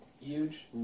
Huge